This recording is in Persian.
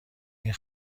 این